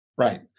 Right